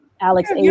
Alex